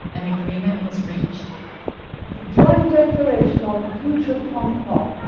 an agreement was reached the joint declaration on the future of hong kong,